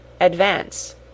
advance